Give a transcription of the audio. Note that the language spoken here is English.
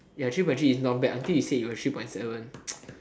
ya actually point three is not bad until you say you got three point seven